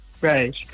Right